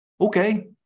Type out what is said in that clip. Okay